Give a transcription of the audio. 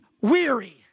weary